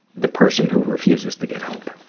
the person who refuses to get help.